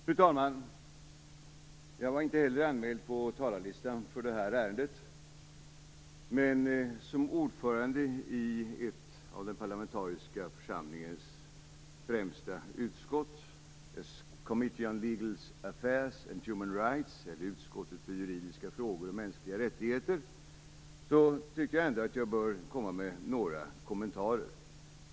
Fru talman! Jag var inte heller anmäld på talarlistan för det här ärendet. Men som ordförande i ett av den parlamentariska församlingens främsta utskott, the Committee on Legal Affairs and Human Rights, utskottet för juridiska frågor och mänskliga rättigheter, tycker jag ändå att jag bör komma med några kommentarer.